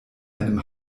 einem